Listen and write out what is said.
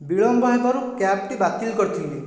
ବିଳମ୍ବ ହେବାରୁ କ୍ୟାବ୍ଟି ବାତିଲ କରିଥିଲି